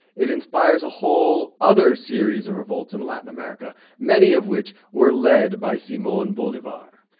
it inspires a whole other series of revolts in latin america, many of which were led by simon bolivar.